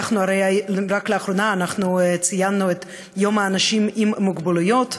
רק לאחרונה ציינו את יום האנשים עם המוגבלויות,